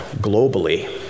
globally